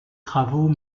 travaux